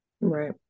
right